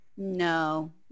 No